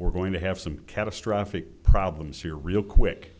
we're going to have some catastrophic problems here real quick